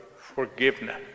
forgiveness